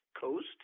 coast